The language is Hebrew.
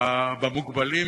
בקרב המוגבלים,